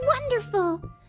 wonderful